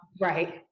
right